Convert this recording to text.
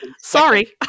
Sorry